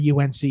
UNC